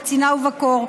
בצינה ובקור.